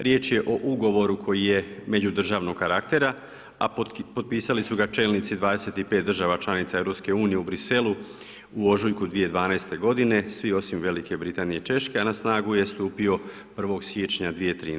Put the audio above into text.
Riječ je o ugovoru koji je međudržavnog karaktera, a potpisali su ga čelnici 25 država članica Europske unije u Bruxellesu u ožujku 2012. godine svi osim Velike Britanije i Češke, a na snagu je stupio 1. siječnja 2013.